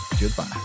Goodbye